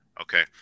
Okay